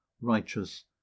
righteous